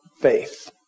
faith